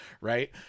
Right